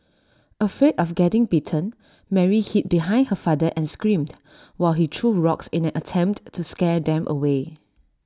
afraid of getting bitten Mary hid behind her father and screamed while he threw rocks in an attempt to scare them away